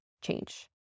change